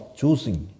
choosing